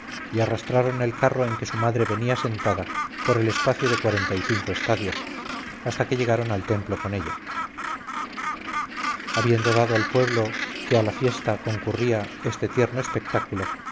y arrastraron el carro en que su madre venía sentada por el espacio de cuarenta y cinco estadios hasta que llegaron al templo con ella habiendo dado al pueblo que a la fiesta concurría este tierno espectáculo